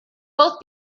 both